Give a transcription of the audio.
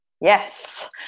Yes